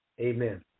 Amen